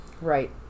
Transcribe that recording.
right